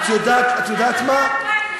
אז, את יודעת, את יודעת מה, מ-2006,